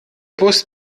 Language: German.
bus